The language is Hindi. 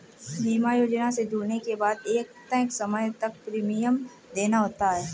बीमा योजना से जुड़ने के बाद एक तय समय तक प्रीमियम देना होता है